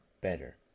better